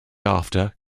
after